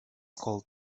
called